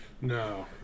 No